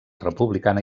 republicana